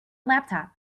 laptop